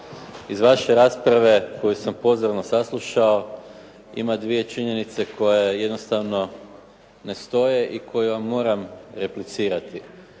iz vaše rasprave koju sam pozorno saslušao ima dvije činjenice koje jednostavno ne stoje i koje vam moram replicirati.